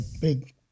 big